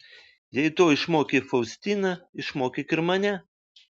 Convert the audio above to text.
jei to išmokei faustiną išmokyk ir mane